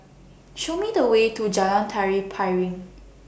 Show Me The Way to Jalan Tari Piring